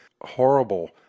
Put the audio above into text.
horrible